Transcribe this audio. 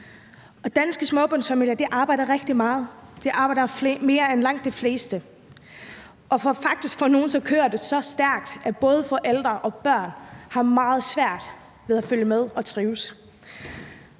Danske småbørnsfamilier arbejder rigtig meget; de arbejder mere end langt de fleste. Faktisk kører det for nogle så stærkt, at både forældre og børn har meget svært ved at følge med og trives.